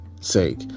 sake